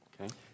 Okay